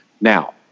now